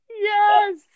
Yes